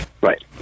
Right